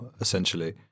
essentially